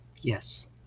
yes